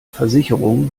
versicherung